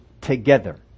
together